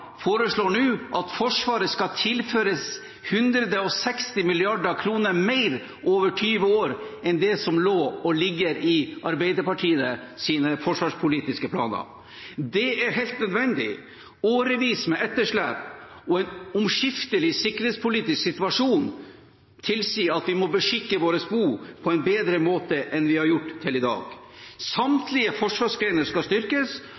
foreslår i sin langtidsplan nå at Forsvaret skal tilføres 160 mrd. kr mer over 20 år enn det som lå og ligger i Arbeiderpartiets forsvarspolitiske planer. Det er helt nødvendig. Årevis med etterslep og en omskiftelig sikkerhetspolitisk situasjon tilsier at vi må beskikke vårt bo på en bedre måte enn vi har gjort til i dag. Samtlige forsvarsgrener skal styrkes,